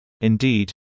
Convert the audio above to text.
indeed